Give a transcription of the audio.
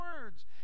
words